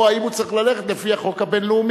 או האם הוא צריך ללכת לפי החוק הבין-לאומי?